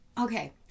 okay